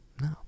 no